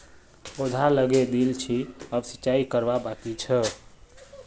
पौधा लगइ दिल छि अब सिंचाई करवा बाकी छ